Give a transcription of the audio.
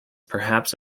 perhaps